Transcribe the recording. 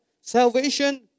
Salvation